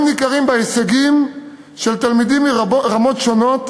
ניכרים בהישגים של תלמידים מרמות שונות